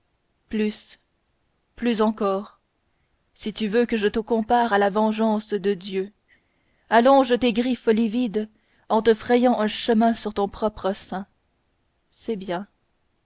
plus plus encore si tu veux que je te compare à la vengeance de dieu allonge tes griffes livides en te frayant un chemin sur ton propre sein c'est bien